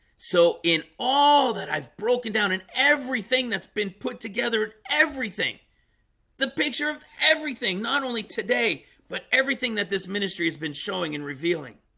so in all that i've broken down in everything that's been put together in everything the picture of everything not only today but everything that this ministry has been showing and revealing